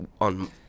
on